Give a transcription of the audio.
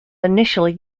initially